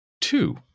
two